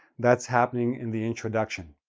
that's happening in the introduction,